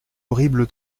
horrible